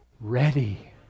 ready